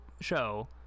show